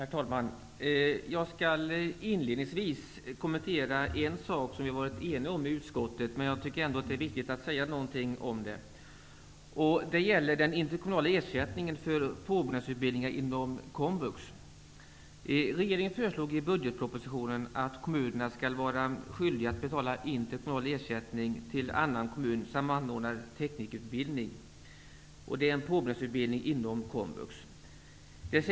Herr talman! Jag skall inledningsvis kommentera en sak som vi har varit eniga om i utskottet, men som jag ändå tycker att det är viktigt att säga något om. Det gäller den interkommunala ersättningen för påbyggnadsutbildningar inom komvux. Regeringen föreslog i budgetpropositionen att kommunerna skall vara skyldiga att betala interkommunal ersättning till annan kommun som anordnar teknikerutbildning, som är en påbyggnadsutbildning inom komvux.